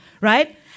right